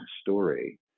story